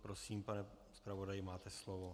Prosím, pane zpravodaji, máte slovo.